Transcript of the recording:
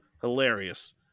hilarious